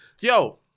Yo